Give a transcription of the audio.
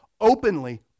openly